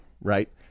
right